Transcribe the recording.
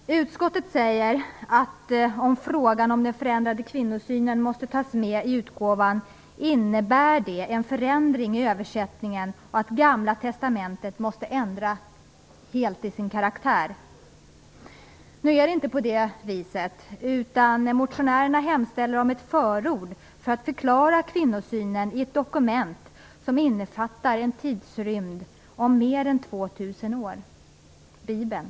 Utskottet säger att om den förändrade kvinnosynen måste tas med i utgåvan innebär det en förändring i översättningen och att Gamla testamentet därmed helt ändrar karaktär. Nu är det inte på det viset. Det motionärerna hemställer om är ett förord för att förklara kvinnosynen i ett dokument som innefattar en tidsrymd om mer än 2 000 år, nämligen bibeln.